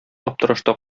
аптырашта